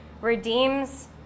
redeems